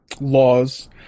laws